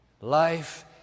Life